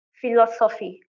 philosophy